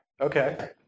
Okay